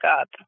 up